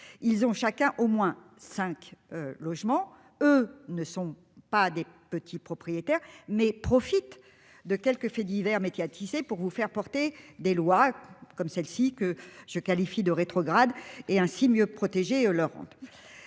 Ils ont chacun au moins 5 logements, eux, ne sont pas des petits propriétaires mais profite de quelques faits divers médiatisés pour vous faire porter des lois comme celle-ci que je qualifie de rétrograde et ainsi mieux protéger l'Europe.